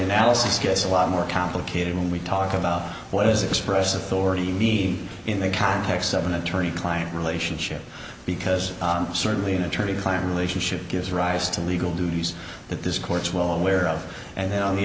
analysis gets a lot more complicated when we talk about what is express authority mean in the context of an attorney client relationship because certainly an attorney client relationship gives rise to legal duties that this court's well aware of and then on the